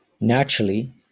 Naturally